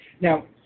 now